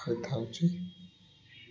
ହୋଇଥାଉଛି